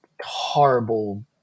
horrible